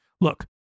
Look